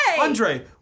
Andre